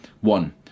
One